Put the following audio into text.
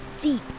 deep